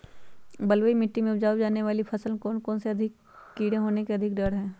बलुई मिट्टी में उपजाय जाने वाली फसल में कौन कौन से कीड़े होने के अधिक डर हैं?